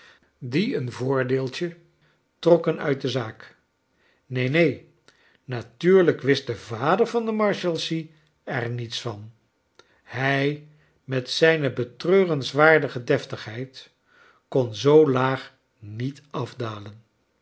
die een voordeeltje trokken uit de zaak neen neen natuurlijk wist de vader van de marhalsea er niets van hij met zijne betreurenswaardige deftigheid kon zoo laag niet afdalen